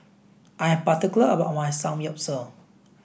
I am particular about my Samgyeopsal